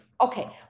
okay